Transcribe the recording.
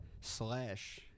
slash